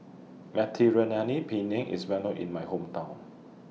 Mediterranean Penne IS Well known in My Hometown